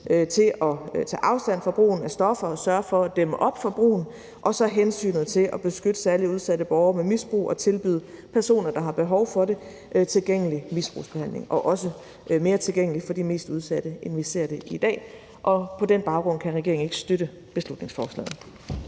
til at tage afstand fra brugen af stoffer og sørger for at dæmme op for brugen og så hensynet til at beskytte særlig udsatte borgere med misbrug og tilbyde personer, der har behov for det, tilgængelig misbrugsbehandling – også mere tilgængelig for de mest udsatte, end vi ser det i dag. På den baggrund kan regeringen ikke støtte beslutningsforslaget.